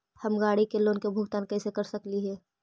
हम गाड़ी के लोन के भुगतान कैसे कर सकली हे?